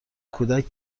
کودک